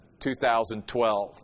2012